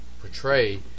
portray